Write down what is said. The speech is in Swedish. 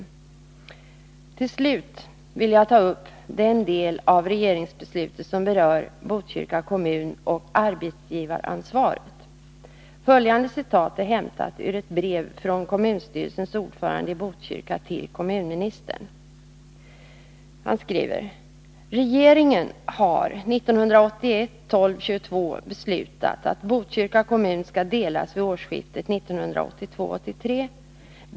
Till slut vill jag ta upp den del av regeringsbeslutet som berör Botkyrka kommun och arbetsgivaransvaret. Följande citat är hämtat ur ett brev från ”Regeringen har 1981-12-22 beslutat att Botkyrka kommun skall delas vid årsskiftet 1982/83.